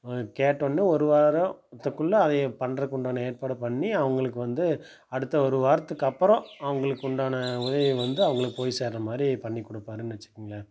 கேட்டொடன்னே ஒரு வாரத்துக்குள்ள அதை பண்ணுறக்கு உண்டான ஏற்பாடை பண்ணி அவங்களுக்கு வந்து அடுத்த ஒரு வாரத்துக்கு அப்புறோம் அவங்களுக்கு உண்டான உதவியை வந்து அவங்களுக்கு போய் சேர்கிற மாதிரி பண்ணிக்கொடுப்பாருனு வெச்சுக்கங்களேன்